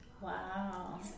Wow